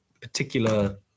particular